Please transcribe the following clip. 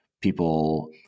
people